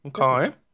Okay